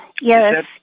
Yes